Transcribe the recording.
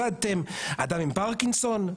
מדדתם אדם עם פרקינסון?